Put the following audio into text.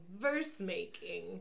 verse-making